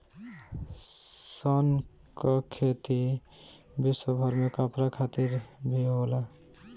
सन कअ खेती विश्वभर में कपड़ा खातिर भी होला